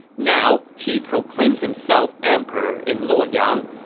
now he proclaims himself emperor in luoyang!